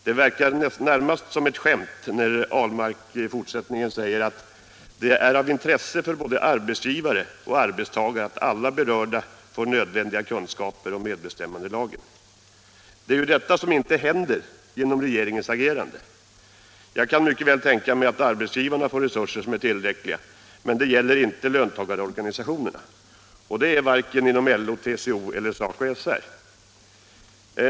Det verkar närmast som ett skämt när herr Ahlmark i fortsättningen av svaret säger: ”Det är av intresse för både arbetsgivare och arbetstagare att alla berörda får nödvändiga kunskaper om medbestämmandelagen.” Det är ju detta som inte händer genom regeringens agerande. Jag kan mycket väl tänka mig att arbetsgivarna får resurser som är tillräckliga, men det gäller inte löntagarorganisationerna, varken LO, TCO eller SACO-SR.